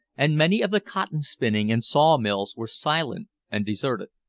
and many of the cotton-spinning and saw mills were silent and deserted.